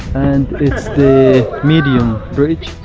and its the medium bridge